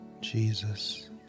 Jesus